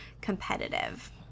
competitive